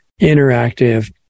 interactive